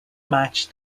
match